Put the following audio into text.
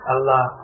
Allah